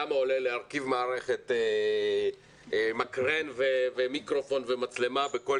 כמה עולה להרכיב מערכת מקרן ומיקרופון ומצלמה בכל